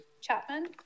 Chapman